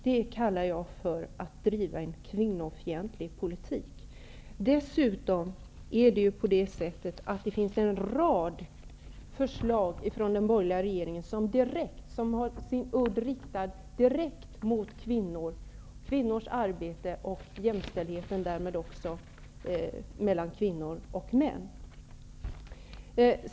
Det kallar jag att driva en kvinnofientlig politik. Dessutom finns det en rad förslag från den borgerliga regeringen som har sin udd riktad direkt mot kvinnors arbete och därmed också mot jämställdheten mellan kvinnor och män.